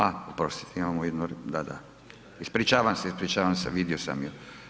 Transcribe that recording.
A oprostite imamo jednu, da, da, ispričavam se, ispričavam se, vidio sam ju.